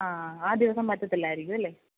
ആ ആ ദിവസം പറ്റത്തില്ലായിരിക്കും അല്ലേ